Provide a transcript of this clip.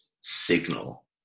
signal